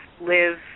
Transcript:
live